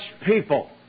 people